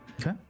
Okay